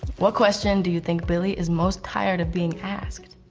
what question do you think billie is most tired of being asked?